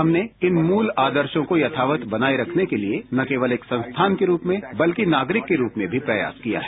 हमनें इन मूल आदशों को यथावत बनाए रखने के लिए न केवल एक संस्थान के रूप में बल्कि नागरिक के रूप में प्रयास किया है